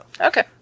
Okay